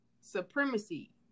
supremacy